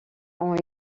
ont